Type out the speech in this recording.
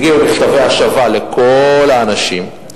הגיעו מכתבי השבה לכל האנשים,